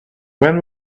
when